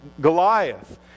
Goliath